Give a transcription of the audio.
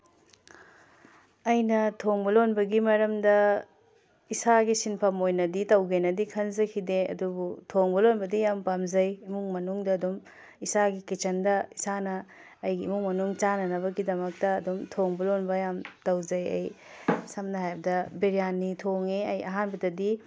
ꯑꯩꯅ ꯊꯣꯡꯕ ꯂꯣꯟꯕꯒꯤ ꯃꯔꯝꯗ ꯏꯁꯥꯒꯤ ꯁꯤꯟꯐꯝ ꯑꯣꯏꯅꯗꯤ ꯇꯧꯒꯦꯅꯗꯤ ꯈꯟꯖꯈꯤꯗꯦ ꯑꯗꯨꯕꯨ ꯊꯣꯡꯕ ꯂꯣꯟꯕꯗꯤ ꯌꯥꯝꯅ ꯄꯥꯝꯖꯩ ꯏꯃꯨꯡ ꯃꯅꯨꯡꯗ ꯑꯗꯨꯝ ꯏꯁꯥꯒꯤ ꯀꯤꯠꯆꯟꯗ ꯏꯁꯥꯅ ꯑꯩꯒꯤ ꯏꯃꯨꯡ ꯃꯅꯨꯡ ꯆꯥꯅꯅꯕꯒꯤꯗꯃꯛꯇ ꯑꯗꯨꯝ ꯊꯣꯡꯕ ꯂꯣꯟꯕ ꯌꯥꯝ ꯇꯧꯖꯩ ꯑꯩ ꯁꯝꯅ ꯍꯥꯏꯔꯕꯗ ꯕꯤꯔꯌꯥꯅꯤ ꯊꯣꯡꯉꯦ ꯑꯩ ꯑꯍꯥꯟꯕꯗꯗꯤ